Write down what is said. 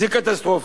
המצב קטסטרופה.